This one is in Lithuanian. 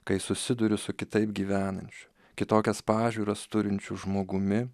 kai susiduriu su kitaip gyvenančiu kitokias pažiūras turinčiu žmogumi